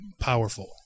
powerful